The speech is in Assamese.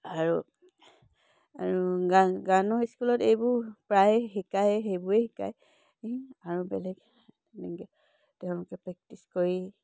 আৰু আৰু গান গানৰ স্কুলত এইবোৰ প্ৰায়ে শিকায়েই সেইবোৰে শিকায় আৰু বেলেগ তেওঁলোকে প্ৰেক্টিছ কৰি